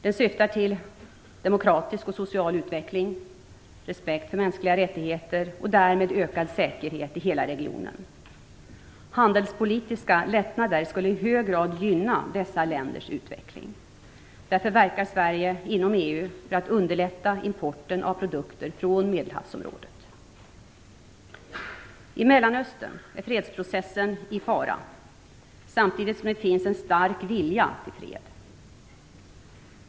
Den syftar till demokratisk och social utveckling, respekt för mänskliga rättigheter och därmed ökad säkerhet i hela regionen. Handelspolitiska lättnader skulle i hög grad gynna dessa länders utveckling. Därför verkar Sverige inom EU för att underlätta importen av produkter från I Mellanöstern är fredsprocessen i fara, samtidigt som det finns en stark vilja till fred.